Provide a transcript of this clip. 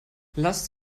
lasst